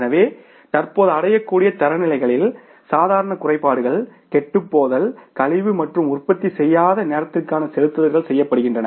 எனவே தற்போது அடையக்கூடிய தரநிலைகளில் சாதாரண குறைபாடுகள் கெட்டுப்போதல் கழிவு மற்றும் உற்பத்தி செய்யாத நேரத்திற்கான செலுத்துதல்கள் செய்யப்படுகின்றன